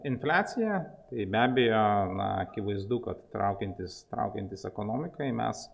infliacija tai be abejo na akivaizdu kad traukiantis traukiantis ekonomikai mes